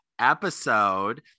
episode